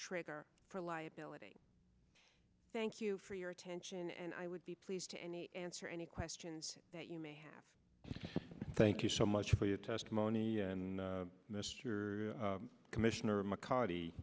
trigger for liability thank you for your attention and i would be pleased to any answer any questions that you may have thank you so much for your testimony mr commissioner mccarthy